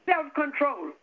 Self-control